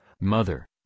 mother